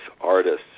artists